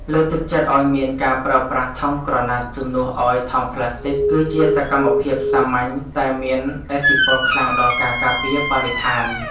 លើកទឹកចិត្តឱ្យមានការប្រើប្រាស់ថង់ក្រណាត់ជំនួសឱ្យថង់ប្លាស្ទិកគឺជាសកម្មភាពសាមញ្ញតែមានឥទ្ធិពលខ្លាំងដល់ការការពារបរិស្ថាន។